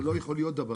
לא יכול להיות דבר כזה.